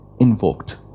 invoked